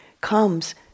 comes